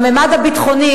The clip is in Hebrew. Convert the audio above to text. בממד הביטחוני,